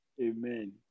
Amen